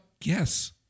yes